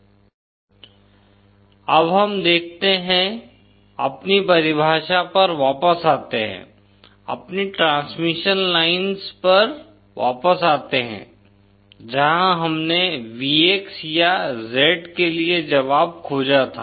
VxVe yxV eyx IxVZ0e yx VZ0 eyx ZdVIZ0 ZljZ0tan βd Z0jZltan βd अब हम देखते हैं अपनी परिभाषा पर वापस आते हैं अपनी ट्रांसमिशन लाइन्स पर वापस आते हैं जहाँ हमने Vx या Z के लिए जवाब खोजा था